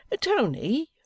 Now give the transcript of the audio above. Tony